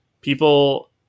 people